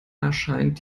erscheint